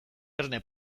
erne